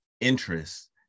interest